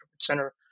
Center